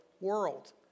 world